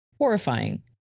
horrifying